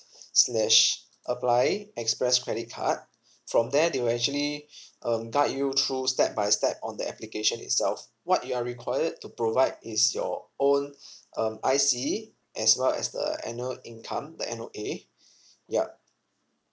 slash apply express credit card from there they will actually um guide you through step by step on the application itself what you are required to provide is your own um I_C as well as the annual income the N_O_A yup